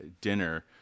dinner